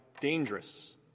dangerous